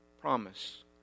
promise